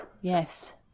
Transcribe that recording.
yes